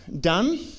done